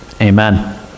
Amen